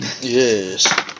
Yes